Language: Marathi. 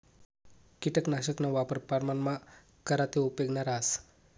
किटकनाशकना वापर प्रमाणमा करा ते उपेगनं रहास